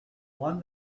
one